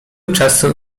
czasu